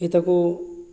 ଏଠାକୁ